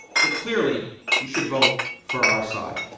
so clearly you should vote for our side.